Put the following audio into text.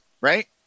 right